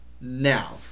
Now